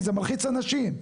זה מלחיץ אנשים.